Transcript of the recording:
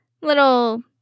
little